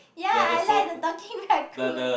ya I like the talking raccoon